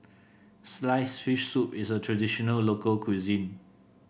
sliced fish soup is a traditional local cuisine